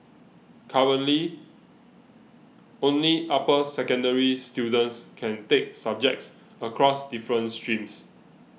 currently only upper secondary students can take subjects across different streams